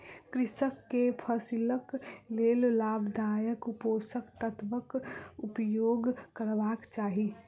कृषक के फसिलक लेल लाभदायक पोषक तत्वक उपयोग करबाक चाही